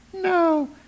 no